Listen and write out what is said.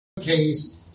case